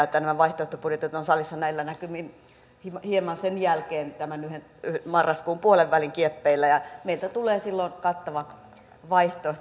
nämä vaihtoehtobudjetit ovat salissa näillä näkymin hieman sen jälkeen tämän marraskuun puolenvälin kieppeillä ja meiltä tulee silloin kattava vaihtoehto